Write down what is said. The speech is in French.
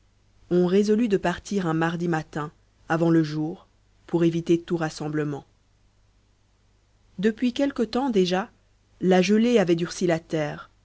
on résolut de partir un mardi matin avant le jour pour éviter tout rassemblement depuis quelque temps déjà la gelée avait durci la terre